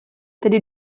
tedy